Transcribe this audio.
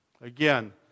Again